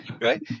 right